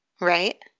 Right